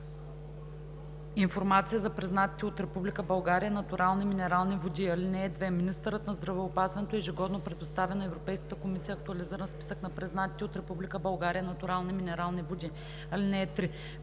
информация за признатите от Република България натурални минерални води. (2) Министърът на здравеопазването ежегодно предоставя на Европейската комисия актуализиран списък на признатите от Република България натурални минерални води. (3)